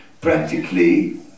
practically